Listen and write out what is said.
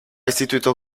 istituito